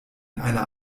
einer